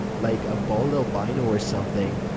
like, a bald albino or something.